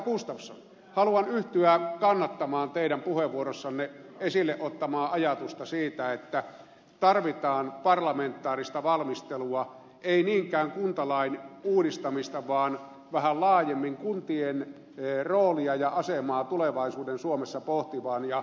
gustafsson haluan yhtyä kannattamaan teidän puheenvuorossanne esille ottamaa ajatusta siitä että tarvitaan parlamentaarista valmistelua ei niinkään kuntalain uudistamista vaan vähän laajemmin kuntien roolia ja asemaa tulevaisuuden suomessa pohtivaa